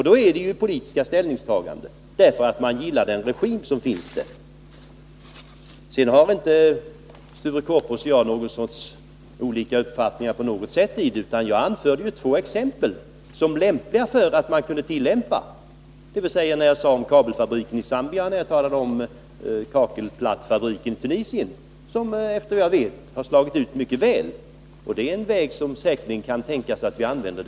Då är det fråga om politiska ställningstaganden, därför att man gillar den regim som finns i landet. Sture Korpås och jag har inte på något sätt olika uppfattningar. Jag anförde bara två exempel, kabelfabriken i Zambia och kakelplattefabriken i Tunisien. Efter vad jag förstår har de satsningarna slagit mycket väl ut, och det är en väg som vi säkerligen kan använda.